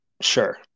sure